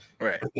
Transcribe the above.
Right